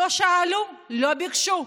לא שאלו, לא ביקשו.